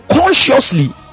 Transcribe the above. consciously